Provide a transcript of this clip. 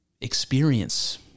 experience